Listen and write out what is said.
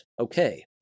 Okay